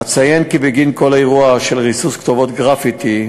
אציין כי בגין כל אירוע של ריסוס כתובות גרפיטי,